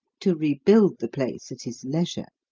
to rebuild the place at his leisure.